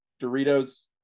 Doritos